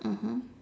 mmhmm